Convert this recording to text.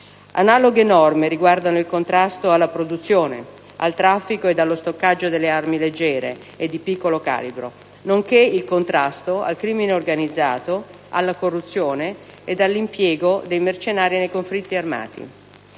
Analoghe norme riguardano il contrasto alla produzione, al traffico e allo stoccaggio delle armi leggere e di piccolo calibro, nonché il contrasto al crimine organizzato, alla corruzione e all'impiego dei mercenari nei conflitti armati.